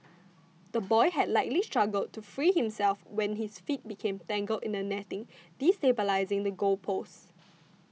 the boy had likely struggled to free himself when his feet became tangled in the netting destabilising the goal post